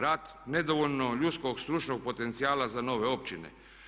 Rat, nedovoljno ljudskog stručnog potencijala za nove općine.